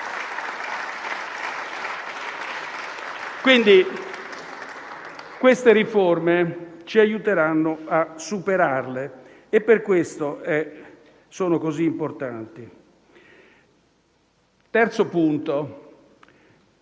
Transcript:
Queste riforme ci aiuteranno a superarla e per questo sono così importanti. Tornando